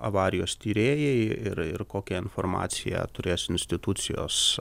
avarijos tyrėjai ir ir kokią informaciją turės institucijos